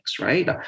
right